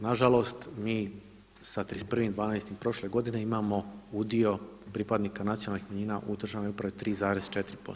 Na žalost mi sa 31.12. prošle godine imamo udio pripadnika nacionalnih manjina u državnoj upravi 3,4%